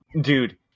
dude